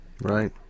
Right